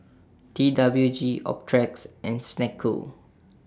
T W G Optrex and Snek Ku